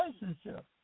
relationship